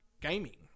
gaming